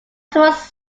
tourist